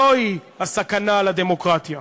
זוהי הסכנה לדמוקרטיה.